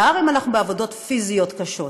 בעיקר אם אנחנו בעבודות פיזיות קשות.